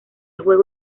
juego